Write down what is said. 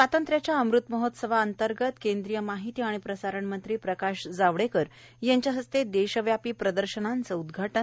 स्वातंत्र्याच्या अमृत महोत्सवा अंतर्गत केंद्रीय माहिती आणि प्रसारण मंत्री प्रकाश जावडेकर यांच्या हस्ते देशव्यापी प्रदर्शानांचं उदघाटन